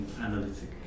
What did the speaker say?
analytic